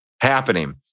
happening